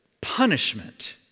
punishment